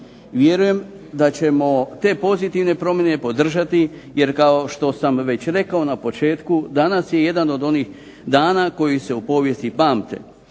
vjerujem da ćemo te pozitivne promjene podržati, jer kao što sam već rekao na početku danas je jedan od onih dana koji se u povijesti pamte